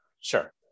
Sure